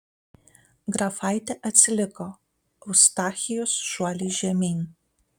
grafaitė atsiliko eustachijus šuoliais žemyn